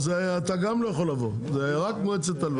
אתה גם לא יכול לבוא, זה רק מועצת הלול.